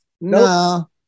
No